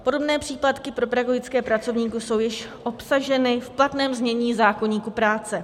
Podobné příplatky pro pedagogické pracovníky jsou již obsaženy v platném znění zákoníku práce.